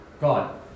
God